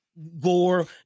Gore